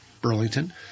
Burlington